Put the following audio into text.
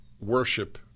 worship